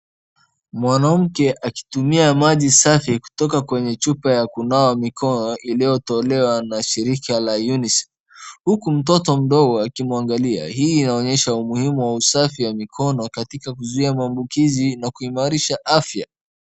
Mwanamke akitumia maji safi kutoka kwenye chupa ya kunawa mikono iliyotolewa na shirika la Unicef huku mtoto mdogo akimwangalia. Hii inaonyesha umuhimu wa usafi wa mikono katika kuzuia maambukizi na kuimarisha afya.